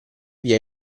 via